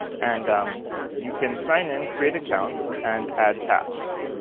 and you can sign in, create accounts, and add tasks.